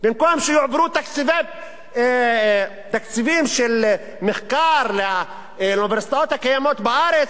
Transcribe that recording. במקום שיועברו תקציבים של מחקר לאוניברסיטאות הקיימות בארץ,